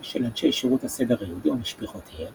של אנשי שירות הסדר היהודי ומשפחותיהם